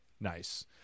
Nice